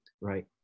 Right